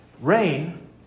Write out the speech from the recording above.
rain